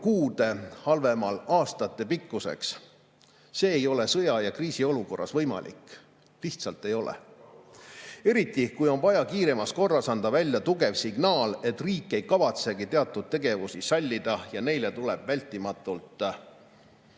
kuude, halvemal juhul aastate pikkuseks. See ei ole sõja- ja kriisiolukorras võimalik – lihtsalt ei ole –, eriti kui on vaja kiiremas korras anda välja tugev signaal, et riik ei kavatsegi teatud tegevusi sallida ja neile järgneb vältimatult